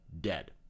dead